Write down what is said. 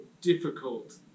difficult